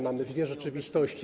Mamy dwie rzeczywistości.